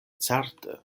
certe